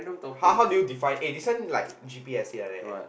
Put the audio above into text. how how do you define eh this one like G_P essay like that eh